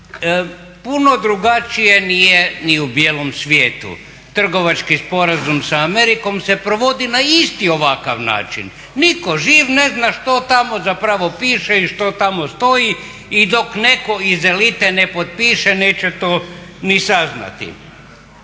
Puno drugačije nije ni u bijelom svijetu, trgovački sporazum sa Amerikom se provodi na isti ovakav način, nitko živ ne zna što tamo piše i što tamo stoji i dok netko iz elite ne potpiše neće to ni saznati.